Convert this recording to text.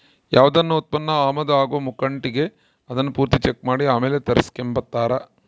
ಯಾವ್ದನ ಉತ್ಪನ್ನ ಆಮದು ಆಗೋ ಮುಂಕಟಿಗೆ ಅದುನ್ನ ಪೂರ್ತಿ ಚೆಕ್ ಮಾಡಿ ಆಮೇಲ್ ತರಿಸ್ಕೆಂಬ್ತಾರ